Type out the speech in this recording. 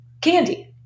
candy